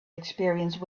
experience